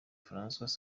françois